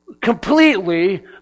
completely